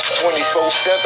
24-7